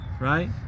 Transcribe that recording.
right